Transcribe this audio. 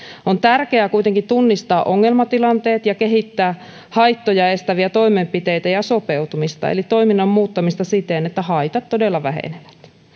on tärkeää kuitenkin tunnistaa ongelmatilanteet ja kehittää haittoja estäviä toimenpiteitä ja sopeutumista eli toiminnan muuttamista siten että haitat todella vähenevät